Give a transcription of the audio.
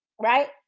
right